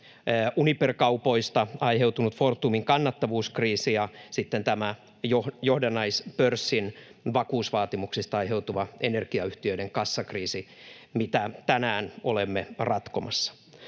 Uniper-kaupoista aiheutunut Fortumin kannattavuuskriisi ja sitten tämä johdannaispörssin vakuusvaatimuksista aiheutuva energiayhtiöiden kassakriisi, mitä tänään olemme ratkomassa.